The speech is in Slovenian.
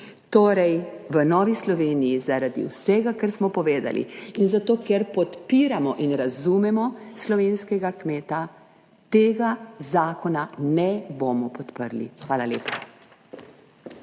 ve. V Novi Sloveniji zaradi vsega, kar smo povedali, in zato ker podpiramo in razumemo slovenskega kmeta, tega zakona ne bomo podprli. Hvala lepa.